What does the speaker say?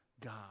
God